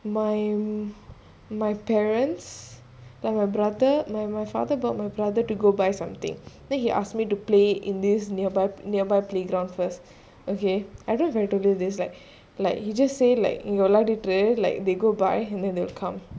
my my parents like my brother my my father brought my brother to go buy something then he asked me to play in this nearby nearby playground first okay I don't know if I told you this like like he just say like like they go buy and then they'll come